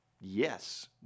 yes